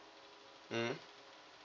mm